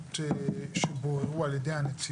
התלונות שבוררו על ידי הנציבות.